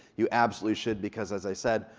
you absolutely should because as i said,